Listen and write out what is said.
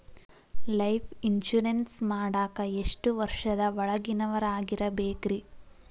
Life insurance ಮಾಡಾಕ ಎಷ್ಟು ವರ್ಷದ ಒಳಗಿನವರಾಗಿರಬೇಕ್ರಿ?